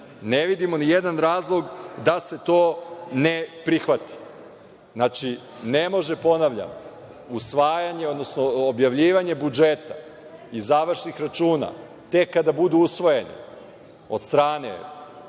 vidimo ni jedan razlog da se to ne prihvati. Znači, ne može, ponavljam, usvajanje, odnosno objavljivanje budžeta i završnih računa tek kada budu usvojeni od strane